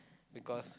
because